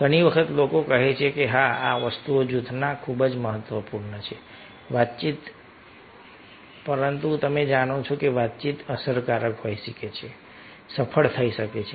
ઘણી વખત લોકો કહે છે કે હા આ વસ્તુઓ જૂથમાં ખૂબ જ મહત્વપૂર્ણ છે કે વાતચીત પરંતુ તમે જાણો છો કે વાતચીત અસરકારક હોઈ શકે છે સફળ થઈ શકે છે